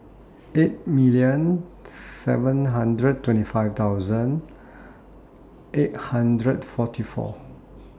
eight million seven hundred twenty five thousand eight hundred forty four